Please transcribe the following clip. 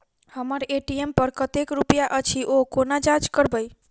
हम्मर ए.टी.एम पर कतेक रुपया अछि, ओ कोना जाँच करबै?